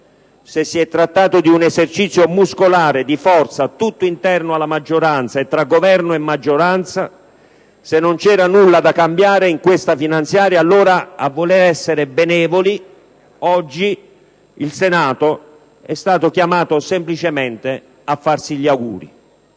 se si è trattato di un esercizio muscolare, di forza, tutto interno alla maggioranza, e tra Governo e maggioranza; se non c'era nulla da cambiare in questa finanziaria, allora, a voler essere benevoli, oggi il Senato è stato chiamato semplicemente a farsi gli auguri.